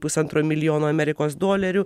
pusantro milijono amerikos dolerių